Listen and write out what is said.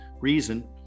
reason